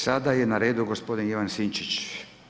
Sada je na redu gospodin Ivan Sinčić.